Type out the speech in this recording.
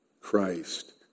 Christ